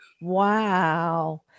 Wow